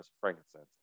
frankincense